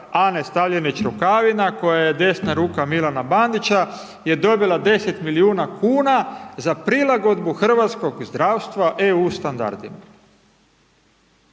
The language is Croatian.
Ane Stavljenić Rukavina koja je desna ruka Milana Bandića je dobila 10 milijuna kuna za prilagodbu hrvatskog zdravstva EU standardima.